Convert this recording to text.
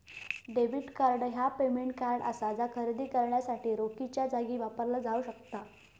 debit card ह्या payment card असा जा खरेदी करण्यासाठी रोखीच्यो जागी वापरला जाऊ शकता